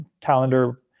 calendar